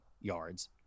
yards